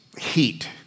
heat